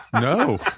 No